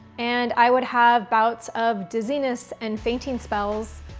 and i would have bouts of dizziness and fainting spells,